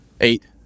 eight